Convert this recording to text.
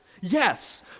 yes